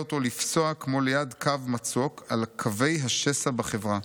אותו לפסוע כמו ליד קו מצוק על קווי השסע בחברה.